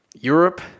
Europe